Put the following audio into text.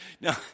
no